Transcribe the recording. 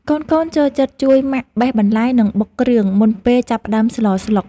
កូនៗចូលចិត្តជួយម៉ាក់បេះបន្លែ និងបុកគ្រឿង មុនពេលចាប់ផ្តើមស្លស្លុក។